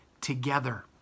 together